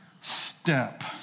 step